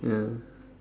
ya